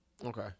Okay